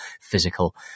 physical